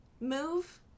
move